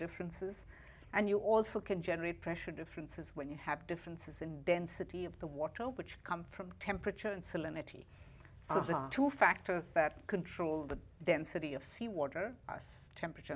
differences and you also can generate pressure differences when you have differences in density of the water which come from temperature and salinity to factors that control the density of seawater us temperature